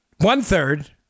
One-third